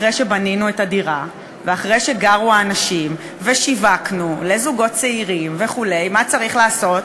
אחרי שבנינו את הדירה ואחרי ששיווקנו לזוגות צעירים וכו' מה צריך לעשות?